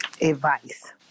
advice